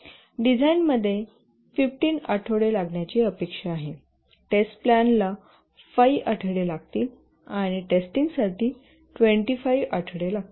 डिझाइनमध्ये 15 आठवडे लागण्याची अपेक्षा आहे टेस्ट प्लॅनला 5 आठवडे लागतील आणि टेस्टिंगसाठी 25 आठवडे लागतील